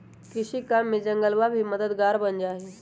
कृषि काम में जंगलवा भी मददगार बन जाहई